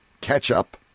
ketchup